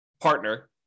partner